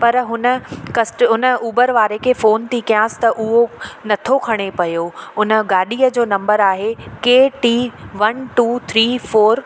पर हुन कस्ट हुन उबर वारे खे फोन थी कयांसि त उहो नथो खणे पियो उन गाॾीअ जो नंबर आहे K T one two three four